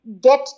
get